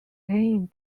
klang